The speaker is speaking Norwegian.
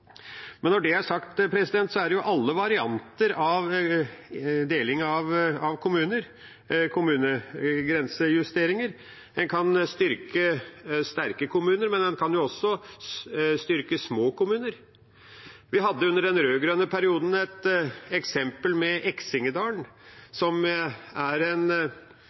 Når det er sagt, er det jo alle varianter av deling av kommuner og kommunegrensejusteringer. En kan styrke sterke kommuner, men en kan også styrke små kommuner. Under den rød-grønne perioden hadde vi et eksempel med Eksingedalen, som er en